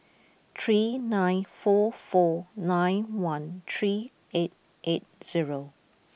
three nine four four nine one three eight eight zero